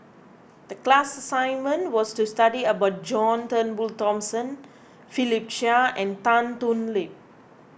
the class assignment was to study about John Turnbull Thomson Philip Chia and Tan Thoon Lip